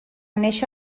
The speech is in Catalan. néixer